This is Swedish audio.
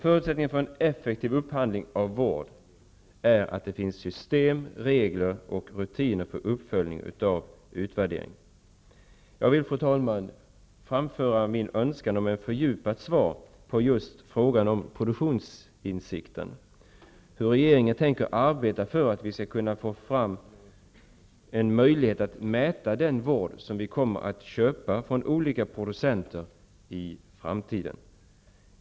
Förutsättningen för en effektiv upphandling av vård är att det finns system, regler och rutiner för uppföljning och utvärdering. Jag vill, fru talman, framföra min önskan om ett fördjupat svar på just frågan om ''produktionsinsikten''. Hur tänker regeringen arbeta för att vi skall kunna få fram möjligheter att mäta den vård som vi kommer att köpa från olika producenter i framtiden?